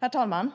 Herr talman!